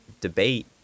debate